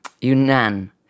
Yunnan